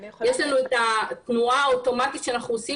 יש לנו את התנועה האוטומטית שאנחנו עושים